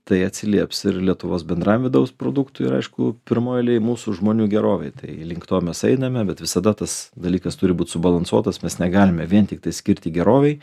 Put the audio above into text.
tai atsilieps ir lietuvos bendrajam vidaus produktui ir aišku pirmoj eilėj mūsų žmonių gerovei tai link to mes einame bet visada tas dalykas turi būt subalansuotas mes negalime vien tiktais skirti gerovei